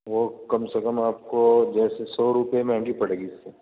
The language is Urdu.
وہ کم سے کم آپ کو جو ہے سو سو روپے مہنگی پڑے گی اس سے